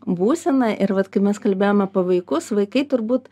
būsena ir vat kai mes kalbėjom apie vaikus vaikai turbūt